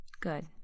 good